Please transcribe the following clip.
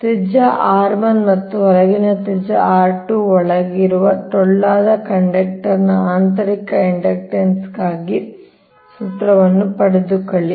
ತ್ರಿಜ್ಯ r 1 ಮತ್ತು ಹೊರಗಿನ ತ್ರಿಜ್ಯ r 2 ಒಳಗೆ ಹೊಂದಿರುವ ಟೊಳ್ಳಾದ ಕಂಡಕ್ಟರ್ನ ಆಂತರಿಕ ಇಂಡಕ್ಟನ್ಸ್ ಗಾಗಿ ಸೂತ್ರವನ್ನು ಪಡೆದುಕೊಳ್ಳಿ